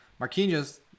Marquinhos